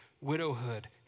widowhood